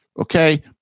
okay